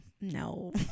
no